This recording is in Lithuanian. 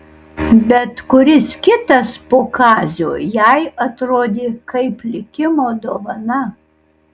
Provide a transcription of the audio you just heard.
bet kuris kitas po kazio jai atrodė kaip likimo dovana